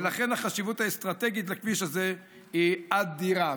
ולכן החשיבות האסטרטגית של הכביש הזה היא אדירה.